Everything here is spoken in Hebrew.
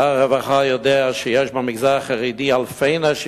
שר הרווחה יודע שיש במגזר החרדי אלפי נשים